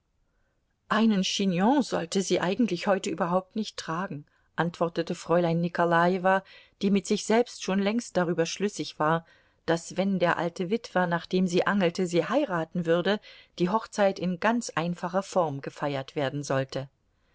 einen chignon sollte sie eigentlich heute überhaupt nicht tragen antwortete fräulein nikolajewa die mit sich selbst schon längst darüber schlüssig war daß wenn der alte witwer nach dem sie angelte sie heiraten würde die hochzeit in ganz einfacher form gefeiert werden sollte